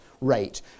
rate